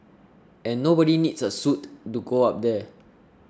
and nobody needs a suit to go up there